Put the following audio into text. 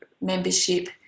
membership